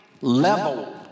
level